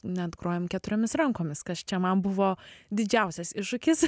net grojam keturiomis rankomis kas čia man buvo didžiausias iššūkis